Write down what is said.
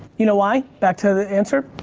you know why back to the answer